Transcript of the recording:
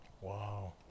Wow